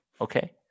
Okay